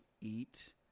eat